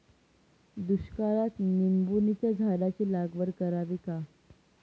दुष्काळात निंबोणीच्या झाडाची लागवड करावी का?